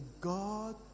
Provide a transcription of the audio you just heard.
God